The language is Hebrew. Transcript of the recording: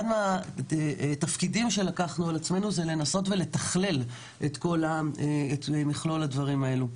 אחד מהתפקידים שלקחנו על עצמנו זה לנסות לתכלל את מכלול הדברים הללו.